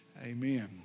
Amen